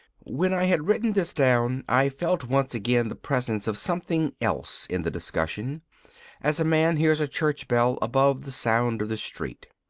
when i had written this down, i felt once again the presence of something else in the discussion as a man hears a church bell above the sound of the street.